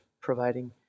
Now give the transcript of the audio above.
providing